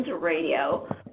Radio